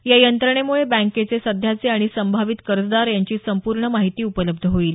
या यंत्रणेमुळे बँकेचे सध्याचे आणि संभावित कर्जदार यांची संपूर्ण माहिती उपलब्ध होईल